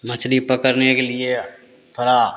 मछली पकड़ने के लिए थोड़ा